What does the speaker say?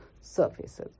surfaces